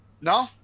No